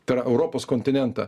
tai yra europos kontinentą